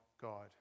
God